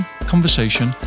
conversation